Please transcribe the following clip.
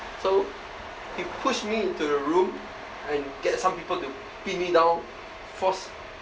so he pushed me into the room and get some people to pin me down force